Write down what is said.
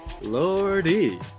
Lordy